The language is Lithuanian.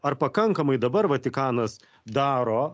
ar pakankamai dabar vatikanas daro